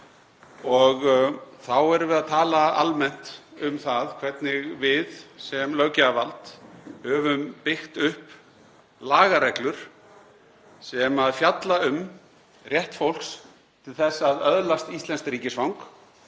Þá erum við að tala almennt um það hvernig við sem löggjafarvald höfum byggt upp lagareglur sem fjalla um rétt fólks til að öðlast íslenskt ríkisfang.